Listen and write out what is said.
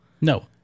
No